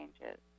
changes